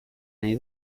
nahi